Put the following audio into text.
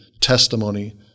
testimony